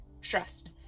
Trust